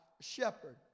shepherd